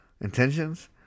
intentions